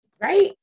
Right